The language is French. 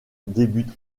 débute